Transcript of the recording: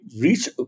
reach